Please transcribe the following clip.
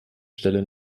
stelle